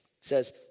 says